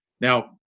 Now